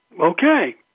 Okay